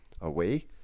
away